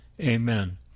Amen